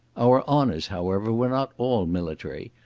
our honours, however, were not all military,